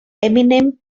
eminem